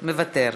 מוותר.